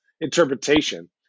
interpretation